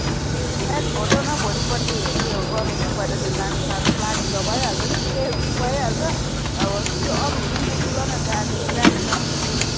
हैट छोड्देऊ न हौ भोलिपर्सि उयो गरौँ कि पहिला त्यो जानु सानु प्लानिङ त भइहाल्छ कि एक ग्रुप भइहाल्छ अब त्यो अरूहरू पनि बटुल न जाने गाडीमा पनि त उयो